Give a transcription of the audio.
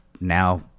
now